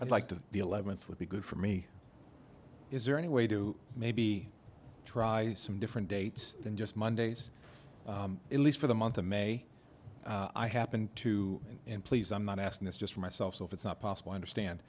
i'd like to be eleventh would be good for me is there any way to maybe try some different dates than just mondays at least for the month of may i happen to and please i'm not asking this just for myself so if it's not possible i understand